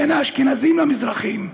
בין האשכנזים למזרחים,